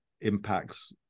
impacts